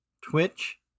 Twitch